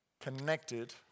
connected